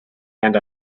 and